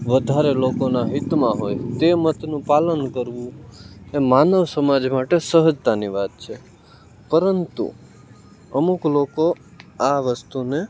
વધારે લોકોના હિતમાં હોય તે મતનું પાલન કરવું એ માનવ સમાજ માટે સહજતાની વાત છે પરંતુ અમુક લોકો આ વસ્તુને